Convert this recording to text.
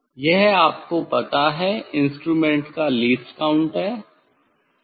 यह आपको पता है इंस्ट्रूमेंट का लीस्ट काउंट है